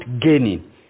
gaining